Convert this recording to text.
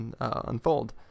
unfold